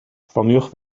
ffoniwch